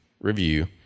review